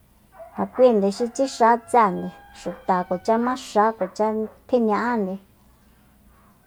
Ja kuinde xi tsixa tséende xuta kuacha ma xa kuacha tjiña'ánde